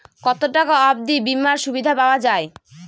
কত টাকা অবধি বিমার সুবিধা পাওয়া য়ায়?